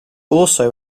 also